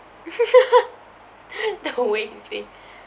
don't wait and see